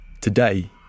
Today